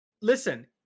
listen